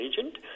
agent